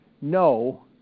no